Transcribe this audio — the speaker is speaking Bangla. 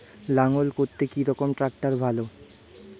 লাঙ্গল করতে কি রকম ট্রাকটার ভালো?